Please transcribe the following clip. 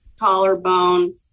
collarbone